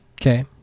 Okay